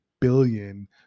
billion